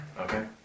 Okay